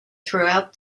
throughout